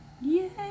Yay